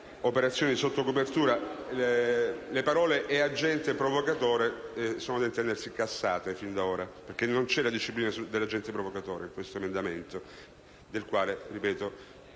«(Operazioni sotto copertura)». Le parole: «e agente provocatore» sono da ritenersi cassate perché non c'è la disciplina dell'agente provocatore in questo emendamento del quale stiamo